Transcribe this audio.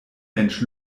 mensch